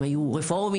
הם היו רפורמים,